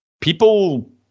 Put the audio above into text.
people